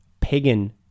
pagan